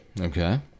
Okay